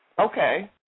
Okay